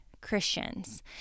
Christians